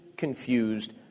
confused